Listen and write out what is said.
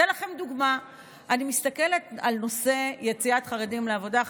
אתן לכם דוגמה: אני מסתכלת על נושא יציאת חרדים לעבודה,